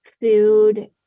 food